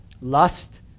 lust